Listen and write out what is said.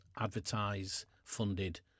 advertise-funded